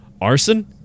Arson